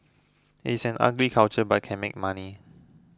it is an ugly culture but can make money